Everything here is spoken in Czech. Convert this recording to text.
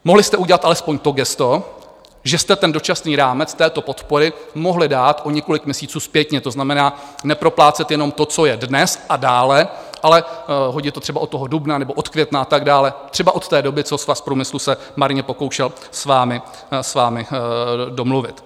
Mohli jste udělat alespoň to gesto, že jste ten dočasný rámec této podpory mohli dát o několik měsíců zpětně, to znamená, neproplácet jenom to, co je dnes a dále, ale hodit to třeba od toho dubna nebo od května a tak dále, třeba od té doby, co Svaz průmyslu se marně pokoušel s vámi domluvit.